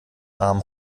arm